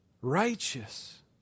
righteous